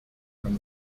from